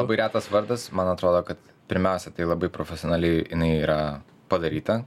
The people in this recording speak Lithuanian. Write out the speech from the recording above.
labai retas vardas man atrodo kad pirmiausia tai labai profesionaliai jinai yra padaryta